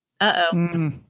Uh-oh